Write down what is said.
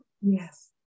Yes